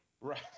right